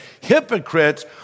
Hypocrites